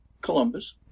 Columbus